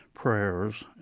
prayers